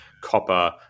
copper